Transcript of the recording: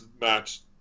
match